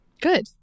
good